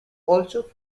also